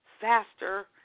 faster